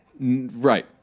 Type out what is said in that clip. Right